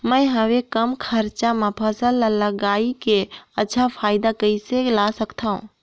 मैं हवे कम खरचा मा फसल ला लगई के अच्छा फायदा कइसे ला सकथव?